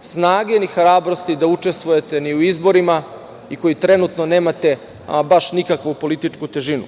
snage ni hrabrosti da učestvujete na izborima i koji trenutno nemate ama baš nikakvu političku težinu.